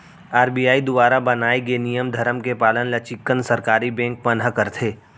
RBI दुवारा बनाए गे नियम धरम के पालन ल चिक्कन सरकारी बेंक मन ह करथे